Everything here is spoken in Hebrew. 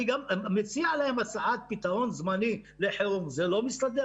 אני מציע להם גם הצעת פתרון זמני לחירום אם זה לא מסתדר,